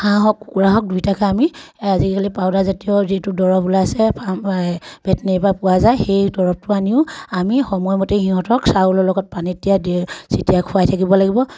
হাঁহ হওক কুকুৰা হওক দুই থাকে আমি আজিকালি পাউদাৰজাতীয় যিটো দৰৱ ওলাইছে ভেটনেৰীৰপৰা পোৱা যায় সেই দৰৱটো আনিও আমি সময়মতে সিহঁতক চাউলৰ লগত পানীত তিয়াই চটিয়াই খুৱাই থাকিব লাগিব